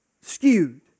skewed